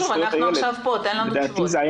אנחנו עכשיו פה, תן לנו תשובות.